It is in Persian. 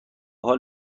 حال